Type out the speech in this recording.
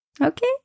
Okay